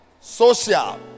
Social